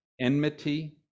enmity